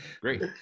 Great